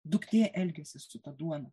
duktė elgiasi su ta duona